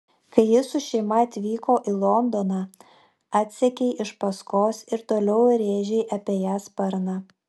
kai ji su šeima atvyko į londoną atsekei iš paskos ir toliau rėžei apie ją sparną